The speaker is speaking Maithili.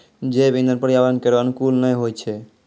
जैव इंधन पर्यावरण केरो अनुकूल नै होय छै